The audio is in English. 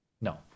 No